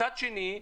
מצד שני,